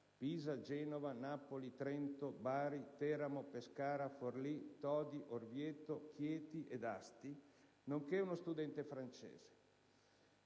(Pisa, Genova, Napoli, Trento, Bari, Teramo, Pescara, Forlì, Todi, Orvieto, Chieti ed Asti), nonché uno studente francese.